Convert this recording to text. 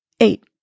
Eight